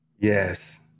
Yes